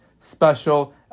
special